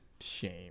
Shame